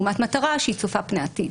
לעומת מטרה שהיא צופה פני עתיד.